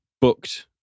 booked